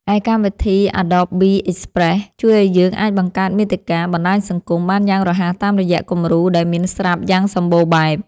ឯកម្មវិធី អាដបប៊ី អិចប្រេស ជួយឱ្យយើងអាចបង្កើតមាតិកា បណ្តាញសង្គម បានយ៉ាងរហ័សតាមរយៈគំរូដែលមានស្រាប់យ៉ាងសម្បូរបែប។